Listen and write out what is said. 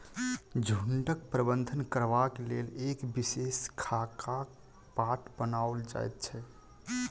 झुंडक प्रबंधन करबाक लेल एक विशेष खाकाक बाट बनाओल जाइत छै